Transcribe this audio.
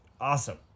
awesome